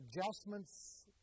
adjustments